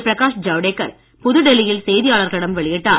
பிரகாஷ் ஜவ்டேக்கர் புதுடெல்லியில் செய்தியாளர்களிடம் வெளியிட்டார்